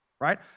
right